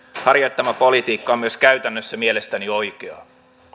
harjoittama politiikka on myös käytännössä mielestäni oikeaa